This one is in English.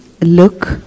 look